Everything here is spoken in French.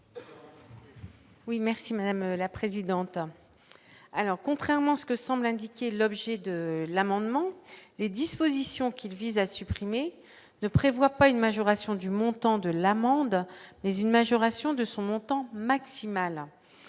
Oui merci madame la présidente, alors contrairement à ce que semble indiquer l'objet de l'amendement les dispositions qu'il vise à supprimer, ne prévoit pas une majoration du montant de l'amende, mais une majoration de son montant maximal